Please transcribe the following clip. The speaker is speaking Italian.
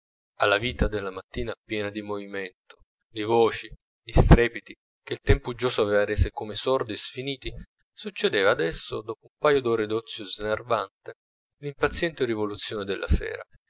alla vita della mattina piena di movimento di voci di strepiti che il tempo uggioso avea resi come sordi e sfiniti succedeva adesso dopo un paio d'ore d'ozio snervante l'impaziente rivoluzione della sera